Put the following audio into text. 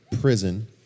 prison